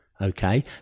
okay